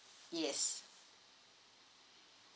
yes